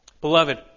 Beloved